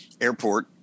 airport